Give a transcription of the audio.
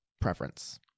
preference